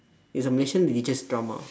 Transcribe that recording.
it's a malaysian religious drama